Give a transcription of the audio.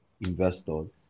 investors